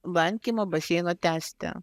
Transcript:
lankymą baseino tęsti